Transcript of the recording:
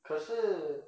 可是